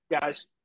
guys